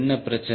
என்ன பிரச்சனை